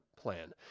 plan